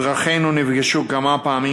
דרכינו נפגשו כמה פעמים.